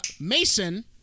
Mason